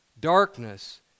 Darkness